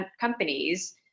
companies